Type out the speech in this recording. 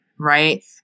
right